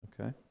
Okay